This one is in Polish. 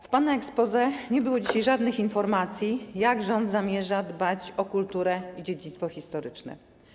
W pana exposé nie było dzisiaj żadnych informacji, jak rząd zamierza dbać o kulturę i dziedzictwo historyczne.